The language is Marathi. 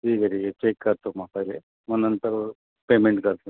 ठीक आहे ठीक आहे चेक करतो मग पहिले मग नंतर पेमेंट करतो